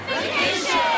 Vacation